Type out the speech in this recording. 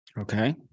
Okay